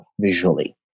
visually